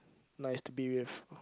nice to be with